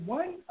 one